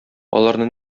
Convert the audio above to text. аларны